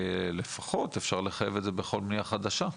לפחות אפשר לחייב את זה בכל בנייה חדשה.